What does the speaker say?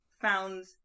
found